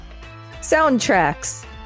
soundtracks